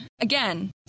again